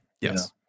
Yes